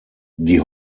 die